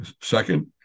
Second